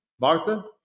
Martha